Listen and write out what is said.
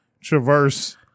Traverse